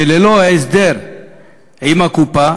שללא הסדר עם הקופה